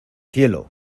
cielo